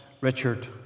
Richard